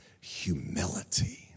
humility